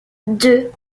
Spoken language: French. deux